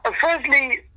firstly